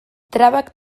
trabak